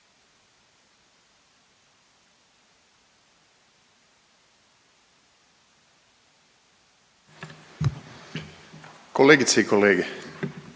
Kolegice i kolege.